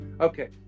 Okay